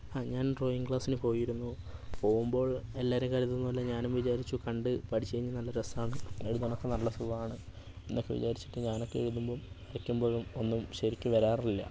ആഹ് ഞാൻ ഡ്രോയിംഗ് ക്ലാസ്സിനു പോയിരുന്നു പോവുമ്പോൾ എല്ലാവരും കരുതുന്ന പോലെ ഞാനും വിചാരിച്ചു കണ്ടു പഠിച്ചു കഴിഞ്ഞാൽ നല്ല രസമാണ് എഴുതാനൊക്കെ നല്ല സുഖമാണ് എന്നൊക്കെ വിചാരിച്ചിട്ട് ഞാനൊക്കെ എഴുതുമ്പം വരയ്ക്കുമ്പോഴും ഒന്നും ശരിക്കു വരാറില്ല